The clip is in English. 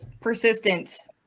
Persistence